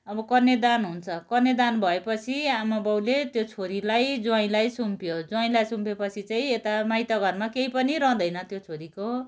अब कन्यादान हुन्छ कन्यादान भएपछि आमा बाउले त्यो छोरीलाई ज्वाइँलाई सुम्पियो ज्वाइँलाई सुम्पेपछि चाहिँ यता माइत घरमा केही पनि रहँदैन त्यो छोरीको